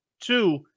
two